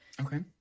Okay